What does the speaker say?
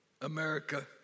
America